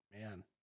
man